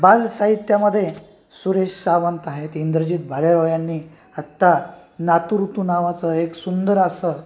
बालसाहित्यामध्ये सुरेश सावंत आहेत इंद्रजित भालेराव यांनी आत्ता नातूऋतू नावाचं एक सुंदर असं